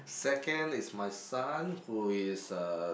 second is my son who is uh